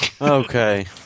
Okay